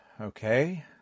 okay